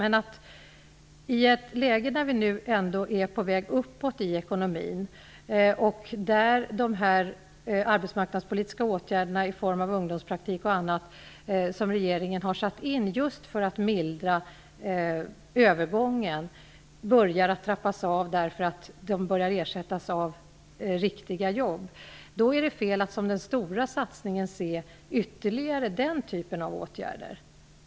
Vi är i ett läge då ekonomin ändå är på väg uppåt och där de arbetsmarknadspolitiska åtgärderna i form av ungdomspraktik och annat som regeringen har satt in för att mildra övergången börjar att trappas av därför att de börjar ersättas av riktiga jobb. Då är det fel att satsa stort på ytterligare åtgärder av den typen.